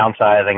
downsizing